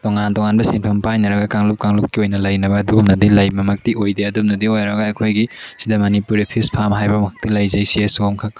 ꯇꯣꯉꯥꯟ ꯇꯣꯉꯥꯟꯕ ꯁꯤꯟꯐꯝ ꯄꯥꯏꯅꯔꯒ ꯀꯥꯡꯂꯨꯞ ꯀꯥꯡꯂꯨꯞꯀꯤ ꯑꯣꯏꯅ ꯂꯩꯅꯕ ꯑꯗꯨꯒꯨꯝꯅꯗꯤ ꯂꯩꯕꯃꯛꯇꯤ ꯑꯣꯏꯗꯦ ꯑꯗꯨꯝꯅꯗꯤ ꯑꯣꯏꯔꯒ ꯑꯩꯈꯣꯏꯒꯤ ꯁꯤꯗ ꯃꯅꯤꯄꯨꯔꯤ ꯐꯤꯁ ꯐꯥꯝ ꯍꯥꯏꯕ ꯑꯃꯈꯛꯇꯤ ꯂꯩꯖꯩ ꯁꯤ ꯑꯦꯁ ꯑꯣ ꯑꯃꯈꯛ